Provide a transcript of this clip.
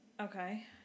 Okay